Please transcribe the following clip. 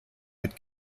mit